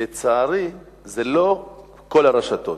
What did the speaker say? לצערי, זה לא כל הרשתות.